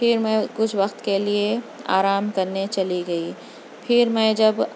پھر میں کچھ وقت کے لئے آرام کرنے چلی گئی پھر میں جب